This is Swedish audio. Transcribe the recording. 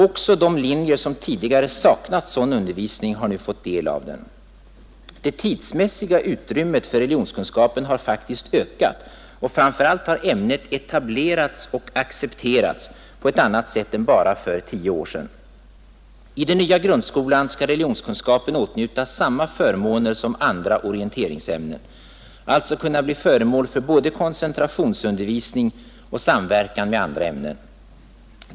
Också de linjer som tidigare saknat sådan undervisning har nu fått del av den. Det tidsmässiga utrymmet för religionskunskapen har faktiskt ökat, och framför allt har ämnet etablerats och accepterats på ett annat sätt än bara för tio år sedan. I den nya grundskolan skall religionskunskapen åtnjuta samma förmåner som andra orienteringsämnen, alltså kunna bli föremål för koncentrationsundervisning och samverkan med andra ämnen.